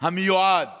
המיועד